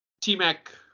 T-Mac